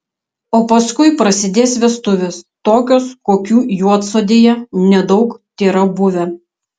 o paskui prasidės vestuvės tokios kokių juodsodėje nedaug tėra buvę